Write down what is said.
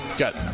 got